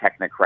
technocratic